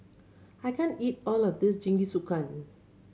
I can't eat all of this Jingisukan